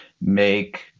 make